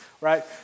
right